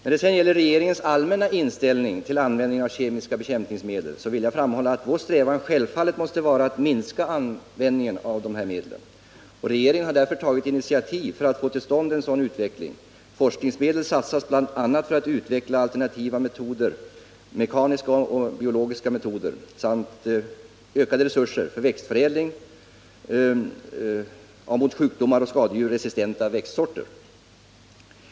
När det sedan gäller regeringens allmänna inställning till användningen av kemiska bekämpningsmedel vill jag framhålla att vår strävan självfallet måste vara att minska användningen av dessa medel. Regeringen har därför tagit initiativ för att få till stånd en sådan utveckling. Forskningsmedel satsas bl.a. för att utveckla alternativa metoder, mekaniska och biologiska, och ökade resurser ges till förädling av mot sjukdomar och skadedjur resistenta växtsorter.